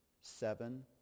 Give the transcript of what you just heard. Seven